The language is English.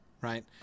Right